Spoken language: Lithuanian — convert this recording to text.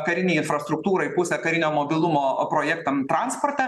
karinei infrastruktūrai pusę karinio mobilumo projektam transporte